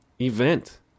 event